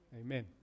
Amen